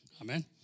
Amen